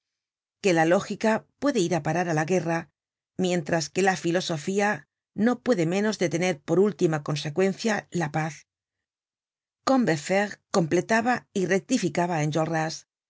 que la lógica puede ir á parar á la guerra mientras que la filosofía no puede menos de tener por última consecuencia la paz combeferre completaba y rectificaba